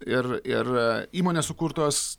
ir ir įmonės sukurtos